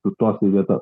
sustos į vietas